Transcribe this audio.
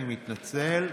אני מתנצל.